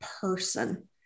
person